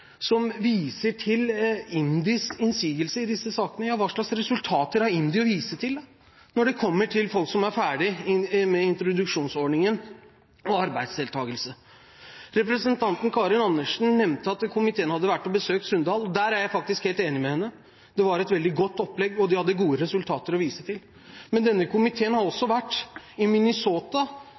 som viser til IMDis innsigelser i disse sakene – hvilke resultater har IMDi å vise til når det kommer til folk som er ferdig med introduksjonsordningen og arbeidsdeltakelse? Representanten Karin Andersen nevnte at komiteen hadde besøkt Sunndal. Der er jeg faktisk helt enig med henne: Det var et veldig godt opplegg, og de hadde gode resultater å vise til. Men denne komiteen har også vært i